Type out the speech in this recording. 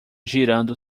girando